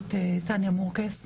בראשות תניה מורקס,